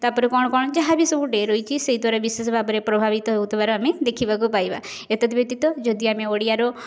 ତା'ପରେ କ'ଣ କ'ଣ ଯାହା ବି ସବୁ ଡ଼େ ରହିଛି ସେଇ ଦ୍ୱାରା ବିଶେଷ ଭାବରେ ପ୍ରଭାବିତ ହେଉଥିବାର ଆମେ ଦେଖିବାକୁ ପାଇବା ଏତଦ୍ ବ୍ୟତୀତ ଯଦି ଆମେ ଓଡ଼ିଆର